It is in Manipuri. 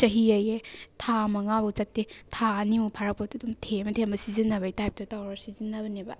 ꯆꯍꯤꯑꯌꯦ ꯊꯥ ꯃꯉꯥꯐꯥꯎ ꯆꯠꯇꯦ ꯊꯥ ꯑꯅꯤꯃꯨꯛ ꯐꯥꯔꯛꯄꯗ ꯑꯗꯨꯝ ꯊꯦꯝꯃ ꯊꯦꯝꯃ ꯁꯤꯖꯤꯟꯅꯕꯩ ꯇꯥꯏꯞꯇ ꯇꯧꯔ ꯁꯤꯖꯤꯟꯅꯕꯅꯦꯕ